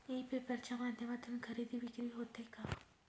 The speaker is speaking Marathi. ई पेपर च्या माध्यमातून खरेदी विक्री होते का?